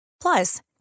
Plus